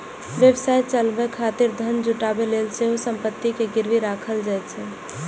व्यवसाय चलाबै खातिर धन जुटाबै लेल सेहो संपत्ति कें गिरवी राखल जाइ छै